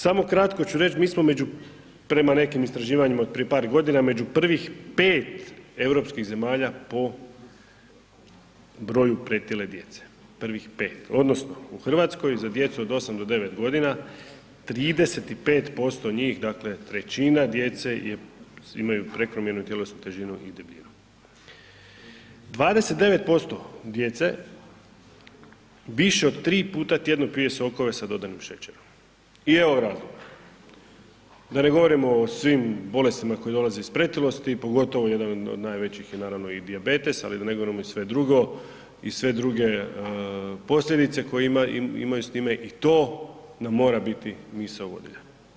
Samo kratko ću reći mi smo među, prema nekim istraživanjima od prije par godina, među prvih 5 europskih zemalja po broju pretile djece, prvih 5. Odnosno u Hrvatskoj za djecu od 8 do 9 godina 35% njih, dakle trećina djeca ima prekomjernu tjelesnu težinu i debljinu, 29% djece više od 3 puta tjedno pije sokove sa dodanim šećerom i evo vraga, da ne govorimo o svim bolestima koje dolaze iz pretilosti, pogotovo jedan od najvećih je naravno i dijabetes, ali da ne govorimo i sve drugo i sve druge posljedice koje imaju s time i to nam mora biti misao vodilja.